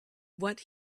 what